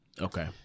Okay